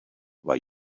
why